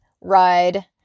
ride